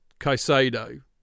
Caicedo